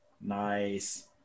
Nice